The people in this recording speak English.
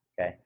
okay